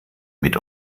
mit